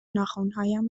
ناخنهایم